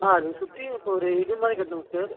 ஆ அதை சுற்றியும் இப்போ ஒரு இது மாதிரி கட்டணுங்க சார்